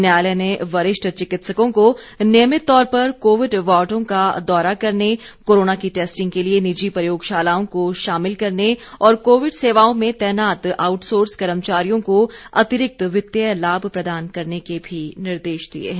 न्यायालय ने वरिष्ठ चिकित्सकों को नियमित तौर पर कोविड वार्डों का दौरा करने कोरोनो की टैस्टिंग के लिए निजी प्रयोगशालाओं को शामिल करने और कोविड सेवाओं में तैनात आउटसोर्स कर्मचारियों को अतिरिक्त वितीय लाभ प्रदान के भी निर्देश दिए हैं